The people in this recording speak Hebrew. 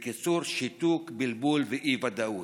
בקיצור, שיתוק, בלבול ואי-ודאות.